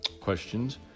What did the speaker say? questions